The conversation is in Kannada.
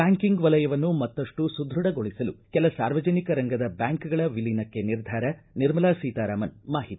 ಬ್ಕಾಂಕಿಂಗ್ ವಲಯವನ್ನು ಮತ್ತಷ್ಟು ಸುದ್ಯಡಗೊಳಿಸಲು ಕೆಲ ಸಾರ್ವಜನಿಕ ರಂಗದ ಬ್ಯಾಂಕ್ಗಳ ವಿಲೀನಕ್ಕೆ ನಿರ್ಧಾರ ನಿರ್ಮಲಾ ಸೀತಾರಾಮನ್ ಮಾಹಿತಿ